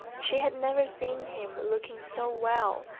she had never seen him looking so well.